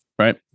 Right